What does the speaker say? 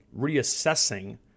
reassessing